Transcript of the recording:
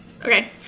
Okay